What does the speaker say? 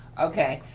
okay,